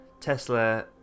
Tesla